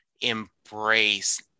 embrace